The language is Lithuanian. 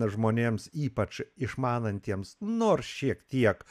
žmonėms ypač išmanantiems nors šiek tiek